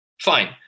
fine